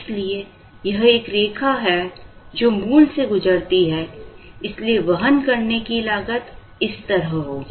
इसलिए यह एक रेखा है जो मूल से गुजरती है इसलिए वहन करने की लागत इस तरह होगी